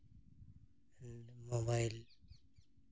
mobile